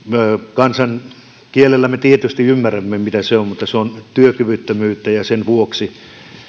kansankielellä me tietysti ymmärrämme mitä se on se on työkyvyttömyyttä ja sen vuoksi